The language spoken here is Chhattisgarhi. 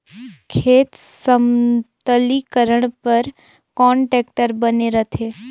खेत समतलीकरण बर कौन टेक्टर बने रथे?